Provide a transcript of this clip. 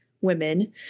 women